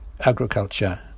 agriculture